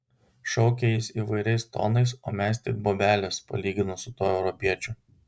šaukė jis įvairiais tonais o mes tik bobelės palyginus su tuo europiečiu